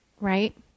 right